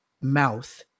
mouth